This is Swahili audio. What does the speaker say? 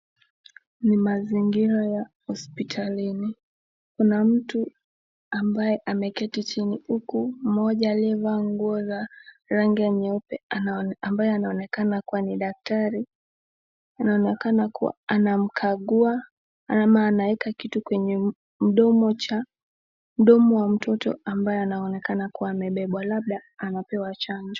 Ni mazingira ya hospitalini kuna mtu ambaye ameketi chini huku mmoja aliyevaa nguo za rangi ya nyeupe ambaye anaonekana kuwa ni daktari, anaonekana kuwa anamkagua ama anaweka kitu kwenye mdomo cha, mdomo wa mtoto ambaye anaonekana kuwa amebebwa labda anapewa chanjo.